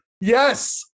Yes